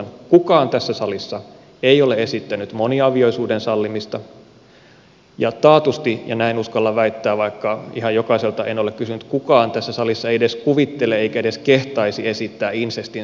kukaan tässä salissa ei ole esittänyt moniavioisuuden sallimista ja taatusti näin uskallan väittää vaikka ihan jokaiselta en ole kysynyt kukaan tässä salissa ei edes kuvittele eikä edes kehtaisi esittää insestin sallimista